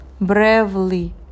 bravely